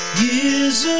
Years